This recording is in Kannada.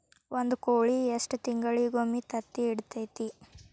ಒಂದ್ ಕೋಳಿ ಎಷ್ಟ ತಿಂಗಳಿಗೊಮ್ಮೆ ತತ್ತಿ ಇಡತೈತಿ?